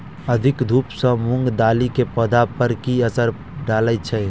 अधिक धूप सँ मूंग दालि केँ पौधा पर की असर डालय छै?